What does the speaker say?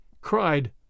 cried